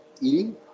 eating